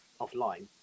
offline